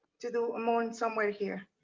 to do a moon somewhere here.